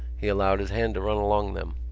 he allowed his hand to run along them.